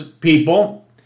people